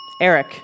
Eric